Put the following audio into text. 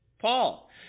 Paul